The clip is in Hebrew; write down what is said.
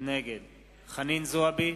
נגד חנין זועבי,